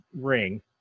ring